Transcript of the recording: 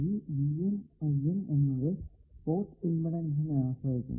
ഈ എന്നത് പോർട്ട് ഇമ്പിഡെൻസിനെ ആശ്രയിക്കുന്നു